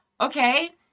okay